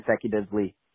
consecutively